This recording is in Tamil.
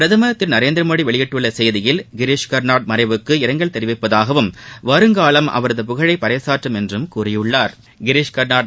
பிரதமர் திருநரேந்திரமோடிவெளியிட்டுள்ளசெய்தியில் கிரிஷ் கர்நாட் மறைவுக்கு இரங்கல் தெரிவிப்பதாகவும் வருங்காலம் அவரது புகழைபறைசாற்றும் என்றும் கூறியிருக்கிறார்